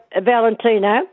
Valentino